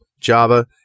Java